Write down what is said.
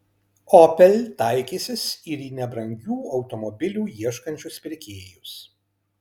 opel taikysis ir į nebrangių automobilių ieškančius pirkėjus